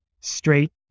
straight